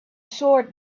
sword